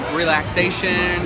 relaxation